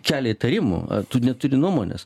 kelia įtarimų tu neturi nuomonės